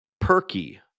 Perky